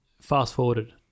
fast-forwarded